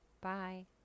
Bye